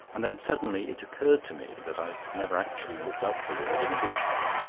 and then suddenly it occurred to me that i had never actually looked up the word in a dictionary.